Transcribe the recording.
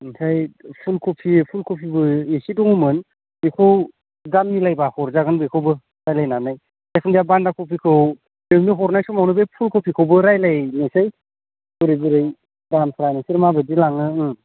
ओमफ्राय फुलकपि फुलकपिबो इसे दंमोन बेखौ दाम मिलायबा हरजागोन बेखौबो रायलायनानै जिखुनु जाया बान्दा कबिखौ नोंनो हरनाय समावनो बे फुलकबिखौबो रायलायनोसै बोरै बोरै दामफ्रा नोंसोर माबायदि लाङो